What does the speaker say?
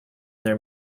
their